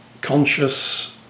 conscious